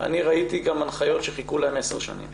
אני ראיתי גם הנחיות שחיכו להן 10 שנים.